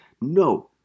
No